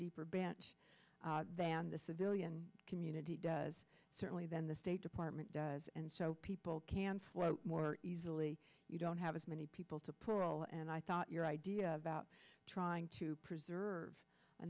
deeper bange than the civilian community does certainly than the state department does and so people can flow more easily you don't have as many people to parole and i thought your idea about trying to preserve a